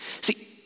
See